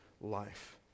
life